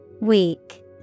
Weak